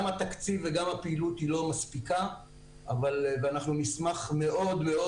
גם התקציב וגם הפעילות היא לא מספיקה ואנחנו נשמח מאוד מאוד